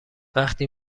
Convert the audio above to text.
وقتی